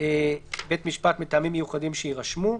בית משפט מטעמים מיוחדים שיירשמו,